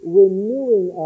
renewing